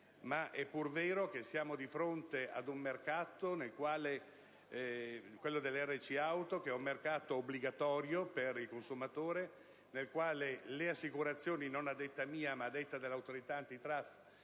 Ma è pur vero che siamo di fronte ad un mercato, quello della RC-Auto, obbligatorio per il consumatore, nel quale le assicurazioni (non a mio dire ma a dire dell'Autorità *antitrust*,